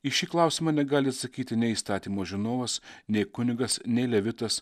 į šį klausimą negali atsakyti nei įstatymo žinovas nei kunigas nei levitas